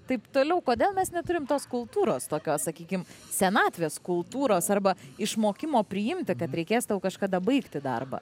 taip toliau kodėl mes neturim tos kultūros tokios sakykim senatvės kultūros arba išmokimo priimti kad reikės tau kažkada baigti darbą